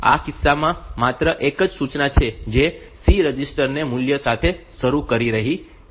આપણા કિસ્સામાં માત્ર એક જ સૂચના છે જે C રજિસ્ટર ને મૂલ્ય સાથે શરૂ કરી રહી છે